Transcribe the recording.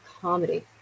comedy